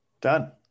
Done